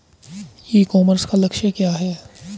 ई commerce का लक्ष्य क्या है?